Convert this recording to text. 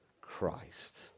Christ